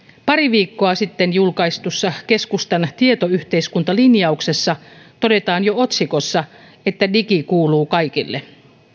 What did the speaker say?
pari viikkoa sitten julkaistussa keskustan tietoyhteiskuntalinjauksessa todetaan jo otsikossa että digi kuuluu kaikille